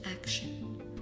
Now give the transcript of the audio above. action